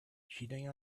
cheating